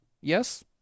Yes